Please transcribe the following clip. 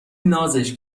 نازش